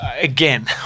again